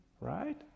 Right